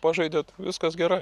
pažaidėt viskas gerai